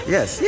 Yes